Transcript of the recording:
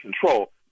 control